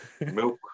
Milk